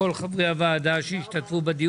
5 נגד 1 נמנעים - אין אושר.